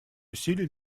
усилий